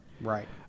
right